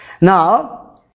now